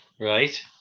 Right